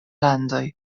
landoj